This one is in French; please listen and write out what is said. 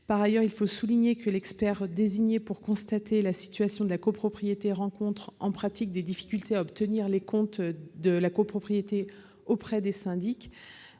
Par ailleurs, il faut souligner que l'expert désigné pour constater la situation de la copropriété rencontre en pratique des difficultés pour obtenir les comptes auprès des syndics.